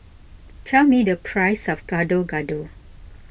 tell me the price of Gado Gado